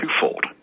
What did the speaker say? twofold